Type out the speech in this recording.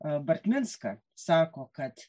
bartminska sako kad